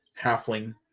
Halfling